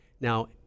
Now